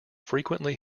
frequently